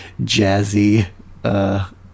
jazzy